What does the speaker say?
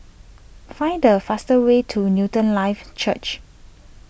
find a faster way to Newton Life Church